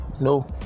No